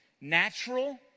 natural